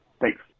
Thanks